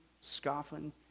scoffing